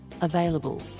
available